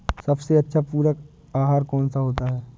सबसे अच्छा पूरक आहार कौन सा होता है?